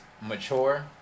mature